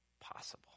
possible